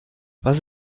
was